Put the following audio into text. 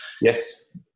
Yes